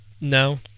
no